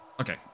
Okay